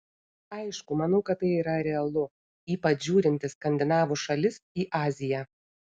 aišku manau kad tai yra realu ypač žiūrint į skandinavų šalis į aziją